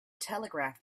telegraph